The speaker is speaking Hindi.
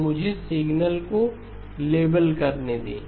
तो मुझे सिग्नलस को लेबल करने दें